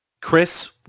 Chris